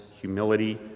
humility